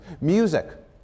Music